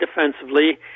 defensively